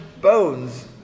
bones